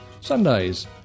Sundays